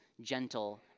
gentle